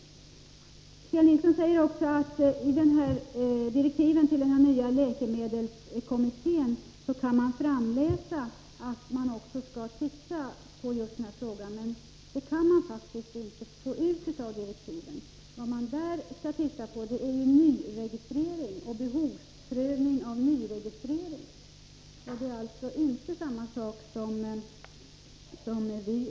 Kjell Nilsson säger också att man av direktiven till den nu tillsatta läkemedelskommittén kan utläsa att kommittén skall titta just på den här frågan, men det kan man faktiskt inte få ut av direktiven. Vad kommittén enligt direktiven skall titta på är nyregistrering och behov av nyregistrering av läkemedel. Det är inte samma sak som vi menar.